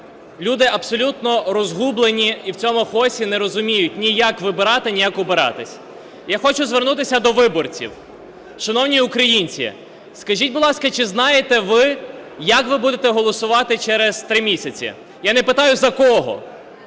люди абсолютно розгублені в цьому хаосі, не розуміють, ні як вибирати, ні як обиратись. Я хочу звернутися до виборців. Шановні українці, скажіть, будь ласка, чи знаєте ви, як ви будете голосувати через 3 місяці? Я не питаю за кого.